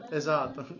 esatto